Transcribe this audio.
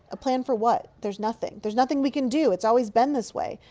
a plan for what? there's nothing. there's nothing we can do. it's always been this way.